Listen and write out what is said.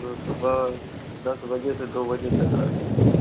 वो सुबह दस बजे से दो बजे तक रहते हैं